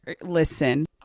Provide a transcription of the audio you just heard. Listen